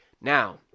Now